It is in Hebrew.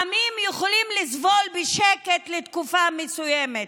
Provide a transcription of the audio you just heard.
עמים יכולים לסבול בשקט לתקופה מסוימת,